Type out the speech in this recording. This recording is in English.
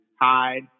hide